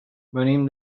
venim